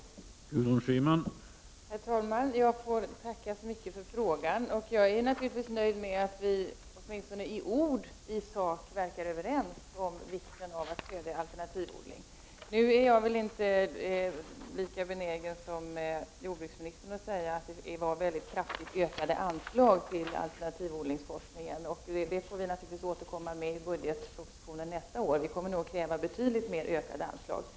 Då Annika Åhnberg, som framställt frågan, anmält att hon var förhindrad att närvara vid sammanträdet, medgav talmannen att Gudrun Schyman i stället fick delta i överläggningen.